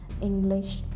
English